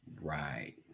Right